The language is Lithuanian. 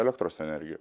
elektros energiją